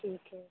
ठीक है